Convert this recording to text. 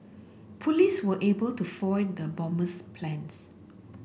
police were able to foil the bomber's plans